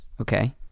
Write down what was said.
Okay